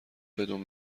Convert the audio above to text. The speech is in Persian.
بدون